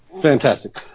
Fantastic